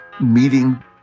meeting